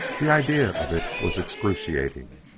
the idea of it was excruciating.